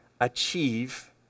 achieve